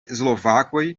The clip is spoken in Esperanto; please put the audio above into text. slovakoj